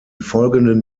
folgenden